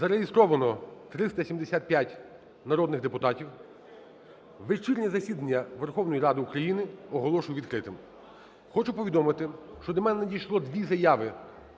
Зареєстровано 375 народних депутатів. Вечірнє засідання Верховної Ради України оголошую відкритим. Хочу повідомити, що до мене надійшло дві заяви